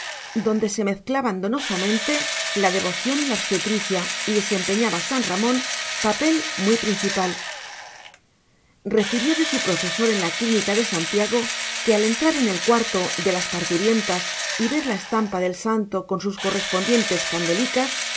donde se mezclaban donosamente la devoción y la obstetricia y desempeñaba san ramón papel muy principal refirió de su profesor en la clínica de santiago que al entrar en el cuarto de las parturientas y ver la estampa del santo con sus correspondientes candelicas